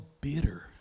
bitter